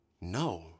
No